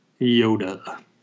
Yoda